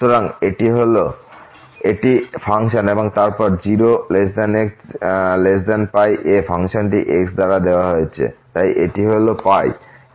সুতরাং এটি ফাংশন এবং তারপর 0 x π এ ফাংশনটি x দ্বারা দেওয়া হয়েছে তাই এটি হল এটি হল π